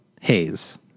Haze